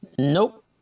Nope